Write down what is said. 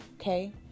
Okay